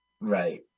right